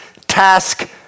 task